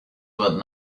about